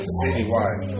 citywide